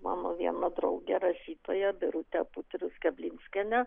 mano viena draugė rašytoja birutė putris keblinskienė